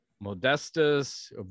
Modestus